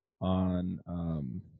on